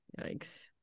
yikes